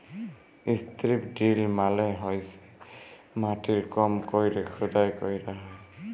strip drill মালে হইসে মাটির কম কইরে খুদাই ক্যইরা হ্যয়